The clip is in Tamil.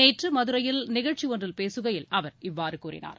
நேற்று மதுரையில் நிகழ்ச்சி ஒன்றில் பேசுகையில் அவர் இவ்வாறு கூறினார்